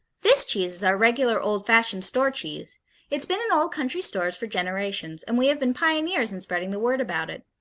this cheese is our regular old-fashioned store cheese it's been in old country stores for generations and we have been pioneers in spreading the word about it.